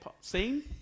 scene